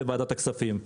בוועדת הכספים.